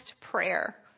prayer